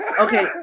okay